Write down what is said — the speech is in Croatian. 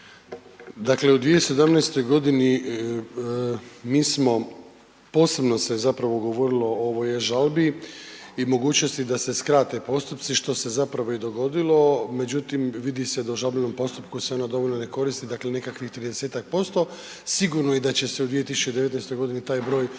Dakle u 2017. godini mi smo posebno se zapravo govorilo o ovoj e-žalbi i mogućnosti da se skrate postupci što se i dogodilo, međutim vidi se da u žalbenom postupku se ona dovoljno ne koristi dakle nekakvih tridesetak posto. Sigurno je da će se u 2019. godini taj broj